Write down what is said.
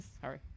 Sorry